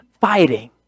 fighting